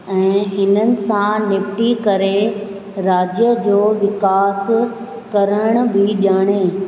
ऐं हिननि सां निपिटी करे राज्य जो विकास करणु बि ॼाणे